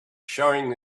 showing